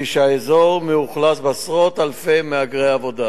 שהאזור מאוכלס בעשרות אלפי מהגרי עבודה,